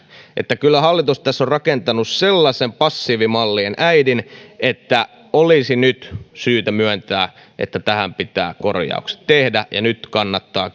kyllä hallitus tässä on rakentanut sellaisen passiivimallien äidin että olisi syytä myöntää että tähän pitää korjaukset tehdä ja nyt kannattaa